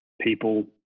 people